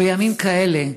בימים כאלה,